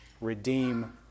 redeem